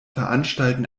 veranstalten